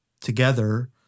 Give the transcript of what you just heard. together